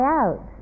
out